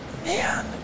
Man